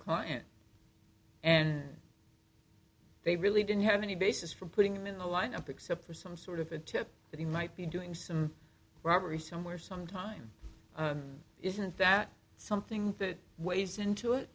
client and they really didn't have any basis for putting him in a lineup except for some sort of a tip that he might be doing some robbery somewhere sometime isn't that something that weighs into it